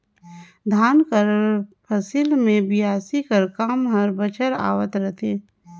धान कर फसिल मे बियासी कर काम हर बछर आवत रहथे